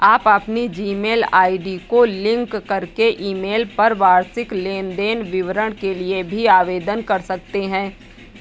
आप अपनी Gmail ID को लिंक करके ईमेल पर वार्षिक लेन देन विवरण के लिए भी आवेदन कर सकते हैं